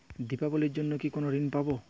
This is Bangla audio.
দীপাবলির জন্য কি কোনো ঋণ পাবো আমি?